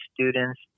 students